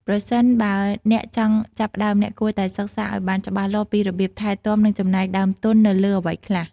ប្រសិនបើអ្នកចង់ចាប់ផ្តើម អ្នកគួរតែសិក្សាឲ្យបានច្បាស់លាស់ពីរបៀបថែទាំ និងចំណាយដើមទុនទៅលើអ្វីខ្លះ។